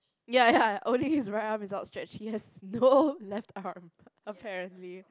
ya ya only his right arm is outstretched he has no left arm apparently